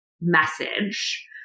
message